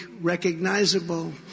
recognizable